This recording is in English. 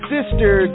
Sister